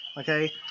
okay